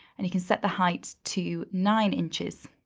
and you can set the height to nine inches.